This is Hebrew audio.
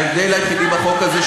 ההבדל היחידי בחוק הזה,